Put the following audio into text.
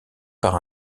par